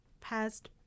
past